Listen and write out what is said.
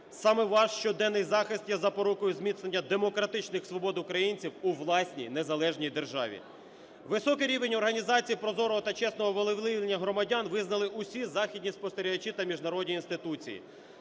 Саме ваш щоденний захист є запорукою зміцнення демократичних свобод українців у власній незалежній державі. Високий рівень організації прозорого та чесного волевиявлення громадян визнали усі західні спостерігачі та міжнародні інституції.